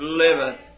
liveth